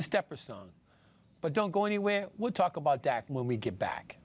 step or so on but don't go anywhere we'll talk about that when we get back